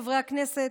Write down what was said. לא על ידי חברי הכנסת,